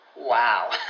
Wow